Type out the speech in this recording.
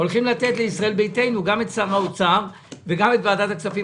הולכים לתת לישראל ביתנו גם את שר האוצר וגם את ועדת הכספים,